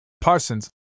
Parsons